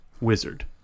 Wizard